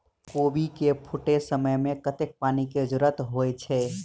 कोबी केँ फूटे समय मे कतेक पानि केँ जरूरत होइ छै?